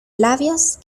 labios